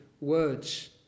words